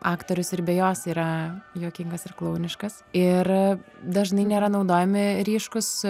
aktorius ir be jos yra juokingas ir klouniškas ir dažnai nėra naudojami ryškūs